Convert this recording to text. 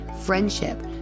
friendship